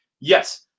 Yes